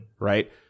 Right